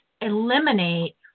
eliminate